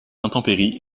intempéries